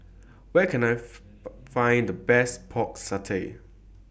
Where Can I Find The Best Pork Satay